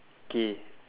K